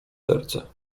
serce